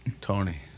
Tony